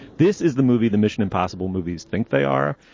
this is the movie, the mission impossible movies think they are.